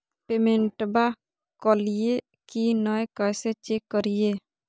पेमेंटबा कलिए की नय, कैसे चेक करिए?